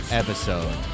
episode